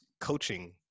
coaching